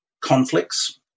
conflicts